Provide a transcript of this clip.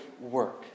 work